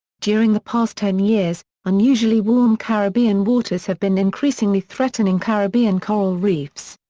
during the past ten years, unusually warm caribbean waters have been increasingly threatening caribbean coral reefs.